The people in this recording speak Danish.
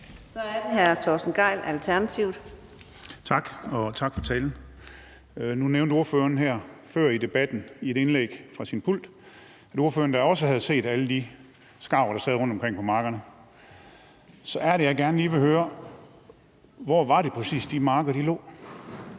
Kl. 14:00 Torsten Gejl (ALT): Tak. Og tak for talen. Nu nævnte ordføreren før i debatten i et indlæg fra sin pult, at ordføreren da også havde set alle de skarver, der sad rundtomkring på markerne. Så er det, jeg gerne lige vil høre: Hvor var det præcis, de marker lå?